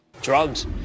drugs